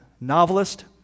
novelist